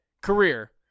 career